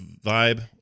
vibe